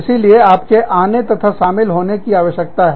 इसीलिए आपके आने तथा शामिल होने की आवश्यकता है